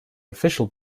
official